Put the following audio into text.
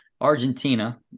Argentina